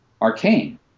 arcane